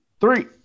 three